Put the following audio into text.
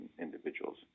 individuals